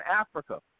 Africa